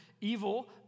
Evil